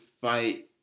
fight